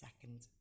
second